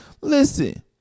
Listen